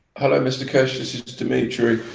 hello mr keshe, this is demetri.